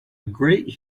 great